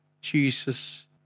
Jesus